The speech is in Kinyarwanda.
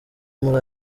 muri